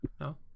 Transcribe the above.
No